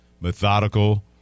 methodical